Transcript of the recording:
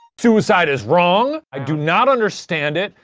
suicide is wrong! i do not understand it!